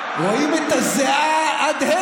רואים את הזיעה.